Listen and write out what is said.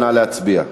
נא להצביע.